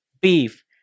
beef